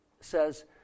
says